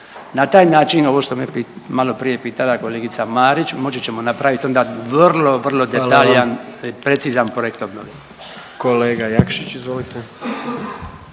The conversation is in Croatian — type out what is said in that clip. Na taj način ovo što me maloprije pitala kolegica Marić, moći ćemo napraviti onda vrlo, vrlo detaljan .../Upadica: Hvala vam. /...